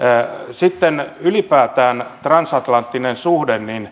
sitten ylipäätään transatlanttisesta suhteesta